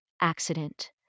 accident